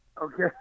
Okay